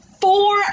Four